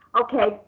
Okay